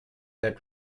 that